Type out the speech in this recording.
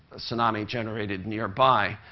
tsunami generated nearby.